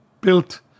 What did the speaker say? built